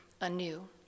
anew